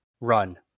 run